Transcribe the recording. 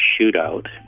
shootout